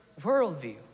worldview